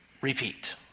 Repeat